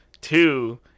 two